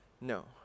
No